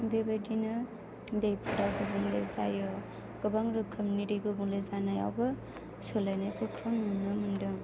बेबायदिनो दैफोरा गुबुंले जायो गोबां रोखोमनि दै गुबुंले जानायावबो सोलायनायफोरखौ नुनो मोनदों